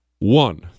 One